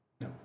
No